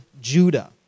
Judah